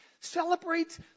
celebrate